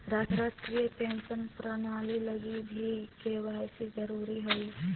राष्ट्रीय पेंशन प्रणाली लगी भी के.वाए.सी जरूरी हई